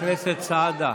--- חבר הכנסת סעדה,